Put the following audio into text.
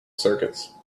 circuits